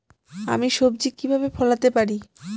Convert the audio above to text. আমি সবজি কিভাবে ফলাতে পারি?